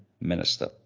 minister